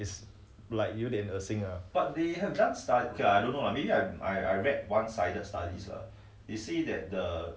is like 有点恶心啊